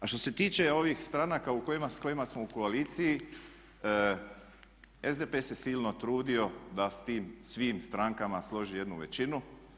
A što se tiče ovih stranaka s kojima smo u koaliciji, SDP se silno trudio da s time svim strankama složi jednu većinu.